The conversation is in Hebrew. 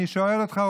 אני שואל אותך,